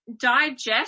digest